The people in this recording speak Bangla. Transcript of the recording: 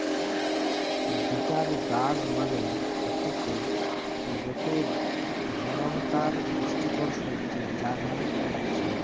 বিটার গার্ড মানে হতিছে গটে ধরণকার পুষ্টিকর সবজি যার নাম উচ্ছে